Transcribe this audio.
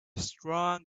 strong